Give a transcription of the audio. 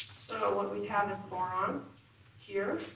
so what we have is boron here,